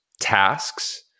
tasks